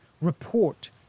report